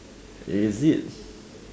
is it